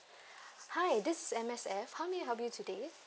hi this is M_S_F how may I help you today